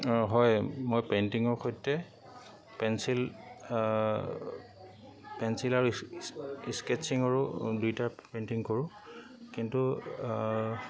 অঁ হয় মই পেইণ্টিঙৰ সৈতে পেঞ্চিল পেঞ্চিল আৰু স্কেটছিঙৰো দুয়োটা পেইণ্টিং কৰোঁ কিন্তু